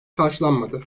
karşılanmadı